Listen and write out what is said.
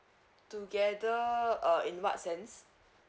together uh in what sense